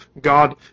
God